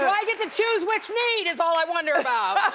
i get to choose which need, is all i wonder about.